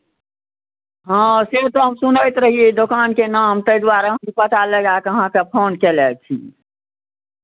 हँ से तऽ हम सुनैत रहियै दोकानके नाम ताहि दुआरे अहाँ पता लगा कऽ अहाँकेँ फोन कयने छी